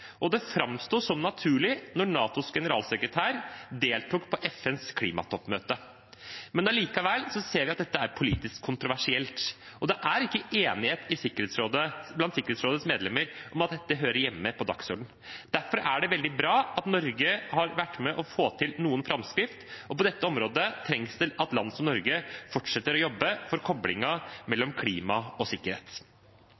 Det framsto som naturlig da NATOs generalsekretær deltok på FNs klimatoppmøte. Likevel ser vi at dette er politisk kontroversielt. Det er ikke enighet blant Sikkerhetsrådets medlemmer om at dette hører hjemme på dagsordenen. Derfor er det veldig bra at Norge har vært med på å få til noen framskritt. På dette området trengs det at land som Norge fortsetter å jobbe for